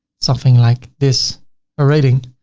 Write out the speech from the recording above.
something like this a rating.